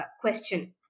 question